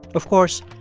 of course,